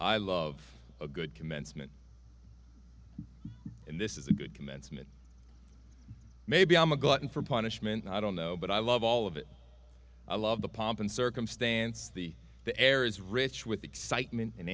i love a good commencement and this is a good commencement maybe i'm a glutton for punishment i don't know but i love all of it i love the pomp and circumstance the the air is rich with excitement